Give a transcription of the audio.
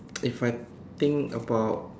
if I think about